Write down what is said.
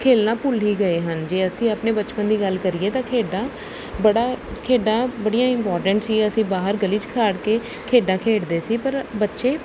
ਖੇਲਣਾ ਭੁੱਲ ਹੀ ਗਏ ਹਨ ਜੇ ਅਸੀਂ ਆਪਣੇ ਬਚਪਨ ਦੀ ਗੱਲ ਕਰੀਏ ਤਾਂ ਖੇਡਾਂ ਬੜਾ ਖੇਡਾ ਬੜੀਆਂ ਇੰਪੋਰਟੈਂਟ ਸੀ ਅਸੀਂ ਬਾਹਰ ਗਲੀ 'ਚ ਖੜ੍ਹ ਕੇ ਖੇਡਾਂ ਖੇਡਦੇ ਸੀ ਪਰ ਬੱਚੇ